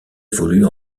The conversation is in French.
évolue